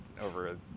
over